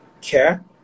care